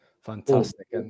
Fantastic